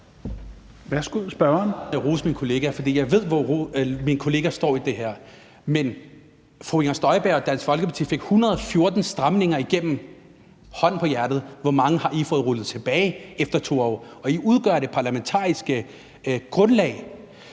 Jeg roste min kollega, fordi jeg ved, hvor min kollega står i det her. Men fru Inger Støjberg og Dansk Folkeparti fik 114 stramninger igennem. Hånden på hjertet: Hvor mange har I fået rullet tilbage efter to år? Og I udgør det parlamentariske grundlag.